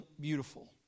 beautiful